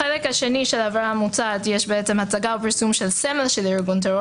בחלק השני של העבירה המוצעת יש הצגה ופרסום של סמל של ארגון טרור